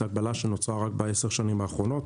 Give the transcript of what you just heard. זו הגבלה שנוצרה רק ב-10 שנים האחרונות.